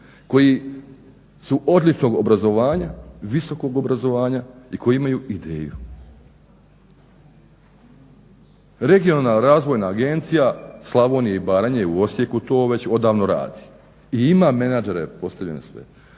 koji su odličnog obrazovanja, visokog obrazovanja i koji imaju ideju. Regionalna razvojna agencija Slavonije i Baranje u Osijeku to već odavno radi i ima menadžer postavljene sve.